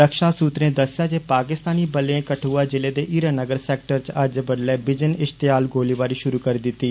रक्षा सूत्रे दस्सेआ जे पाकिस्तानी बले कठुआ जिले दे हीरानगर सैक्टर च अज्ज बडुलै बिजन इष्तेयाल गोलीबारी षुरु करी दिती